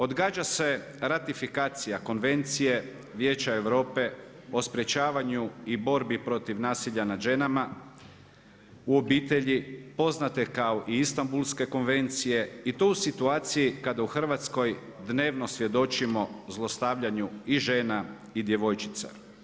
Odgađa se ratifikacija Konvencije Vijeća Europe o sprječavanju i borbi protiv nasilja nad ženama u obitelji poznate kao Istanbulske konvencije i to u situaciji kada u Hrvatskoj dnevno svjedočimo zlostavljanju i žena i djevojčica.